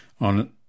On